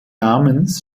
namens